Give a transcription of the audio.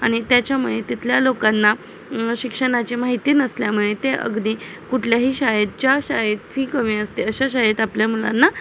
आणि त्याच्यामुळे तिथल्या लोकांना शिक्षणाची माहिती नसल्यामुळे ते अगदी कुठल्याही शाळेत ज्या शाळेत फी कमी असते अशा शाळेत आपल्या मुलांना